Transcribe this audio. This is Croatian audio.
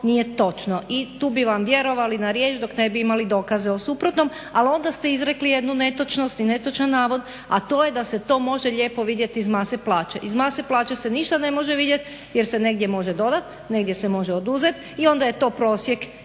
nije točno. I tu bi vam vjerovali na riječ dok ne bi imali dokaze o suprotnom, ali onda ste izrekli jednu netočnost i netočan navod, a to je da se to može lijepo vidjeti iz mase plaća. Iz mase plaća se ništa ne može vidjeti jer se negdje može dodati, negdje se može oduzeti i onda je to prosjek